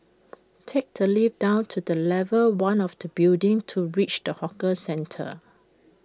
take the lift down to level one of the building to reach the hawker centre